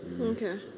Okay